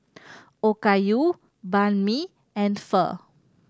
Okayu Banh Mi and Pho